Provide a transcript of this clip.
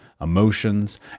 emotions